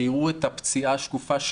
שיראו את הפציעה השקופה,